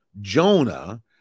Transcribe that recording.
Jonah